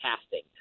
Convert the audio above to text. casting